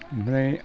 ओमफ्राय